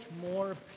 more